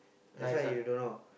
that's why you don't know